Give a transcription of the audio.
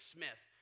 Smith